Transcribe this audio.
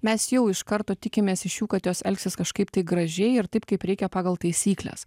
mes jau iš karto tikimės iš jų kad jos elgsis kažkaip tai gražiai ir taip kaip reikia pagal taisykles